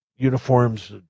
uniforms